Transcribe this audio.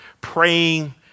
praying